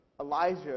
Elijah